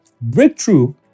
breakthrough